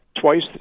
twice